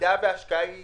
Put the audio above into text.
"במידה וההשקעה היא